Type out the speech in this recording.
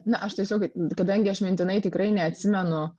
na aš tiesiog kadangi aš mintinai tikrai neatsimenu